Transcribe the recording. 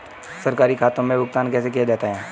सरकारी खातों में भुगतान कैसे किया जाता है?